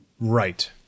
Right